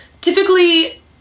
typically